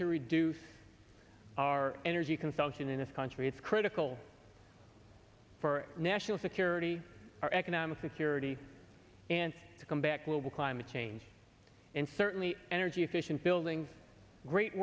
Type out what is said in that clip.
to reduce our energy consumption in this country it's critical for our national security our economic security and to come back will be climate change and certainly energy efficient building the great